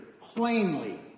plainly